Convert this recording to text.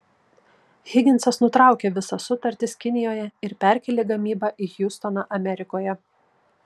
higinsas nutraukė visas sutartis kinijoje ir perkėlė gamybą į hjustoną amerikoje